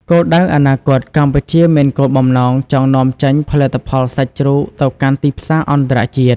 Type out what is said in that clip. គោលដៅអនាគត កម្ពុជាមានគោលបំណងចង់នាំចេញផលិតផលសាច់ជ្រូកទៅកាន់ទីផ្សារអន្តរជាតិ។